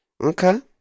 Okay